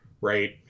right